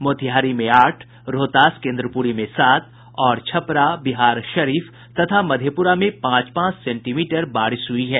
मोतिहारी में आठ रोहतास के इन्द्रपुरी में सात और छपरा बिहारशरीफ तथा मधेपुरा में पांच पांच सेंटीमीटर बारिश हुई है